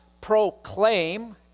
proclaim